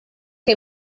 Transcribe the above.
que